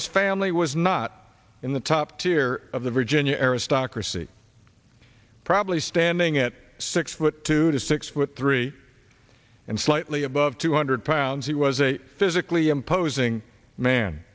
his family was not in the top tier of the virginia aristocracy probably standing at six foot two to six foot three and slightly above two hundred pounds he was a physically imposing man